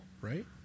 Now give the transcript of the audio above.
right